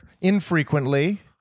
infrequently